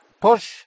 push